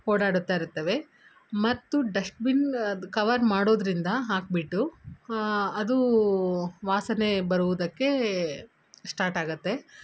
ಓಡಾಡುತ್ತಾ ಇರುತ್ತವೆ ಮತ್ತು ಡಸ್ಟ್ಬಿನ್ ಅದು ಕವರ್ ಮಾಡೋದರಿಂದ ಹಾಕಿಬಿಟ್ಟು ಅದೂ ವಾಸನೆ ಬರುವುದಕ್ಕೇ ಸ್ಟಾಟ್ ಆಗುತ್ತೆ